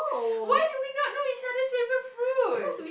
why do we not know each other's favourite fruit